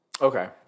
Okay